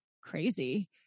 crazy